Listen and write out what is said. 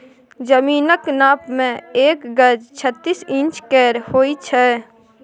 जमीनक नाप मे एक गज छत्तीस इंच केर होइ छै